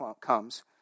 comes